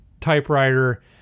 typewriter